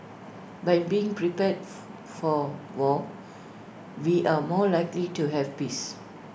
by being prepared for war we are more likely to have peace